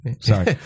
sorry